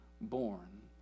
born